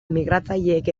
migratzaileek